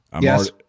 Yes